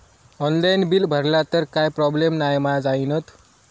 Online bill भरला तर काय प्रोब्लेम नाय मा जाईनत?